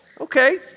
Okay